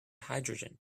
hydrogen